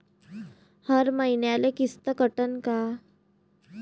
हर मईन्याले किस्त कटन का?